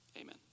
Amen